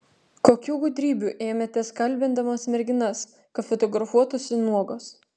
kokių gudrybių ėmėtės kalbindamas merginas kad fotografuotųsi nuogos